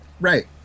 Right